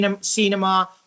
cinema